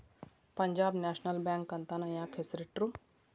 Punjab national bank ಅಂತನ ಯಾಕ್ ಹೆಸ್ರಿಟ್ರು?